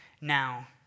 now